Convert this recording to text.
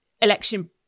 election